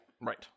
Right